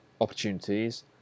opportunities